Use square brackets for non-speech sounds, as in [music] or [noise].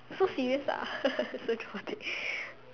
so serious ah [laughs] so dramatic